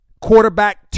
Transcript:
quarterback